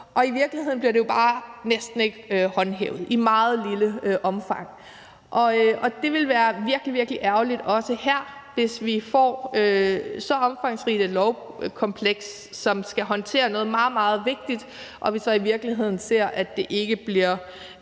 og i virkeligheden bliver det bare næsten ikke håndhævet, i hvert fald kun i et meget lille omfang. Og det ville være virkelig, virkelig ærgerligt også her, hvis vi får så omfangsrigt et lovkompleks, som skal håndtere noget meget, meget vigtigt, og vi så i virkeligheden ser, at det ikke bliver